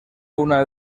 una